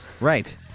Right